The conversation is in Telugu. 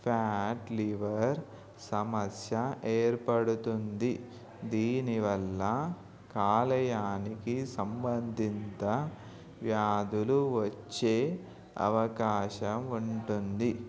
ఫ్యాట్ లివర్ సమస్య ఏర్పడుతుంది దీనివల్ల కాలేయానికి సంబంధిత వ్యాధులు వచ్చే అవకాశం ఉంటుంది